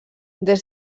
des